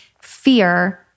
Fear